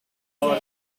not